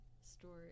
story